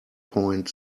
point